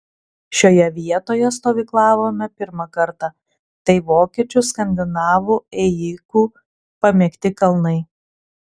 šioje vietoje stovyklavome pirmą kartą tai vokiečių skandinavų ėjikų pamėgti kalnai